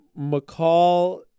McCall